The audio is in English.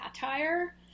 satire